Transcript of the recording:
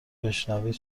بشنوید